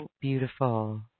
beautiful